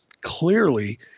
clearly